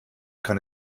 kann